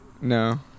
No